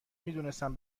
میدونستم